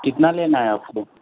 कितना लेना हे आपको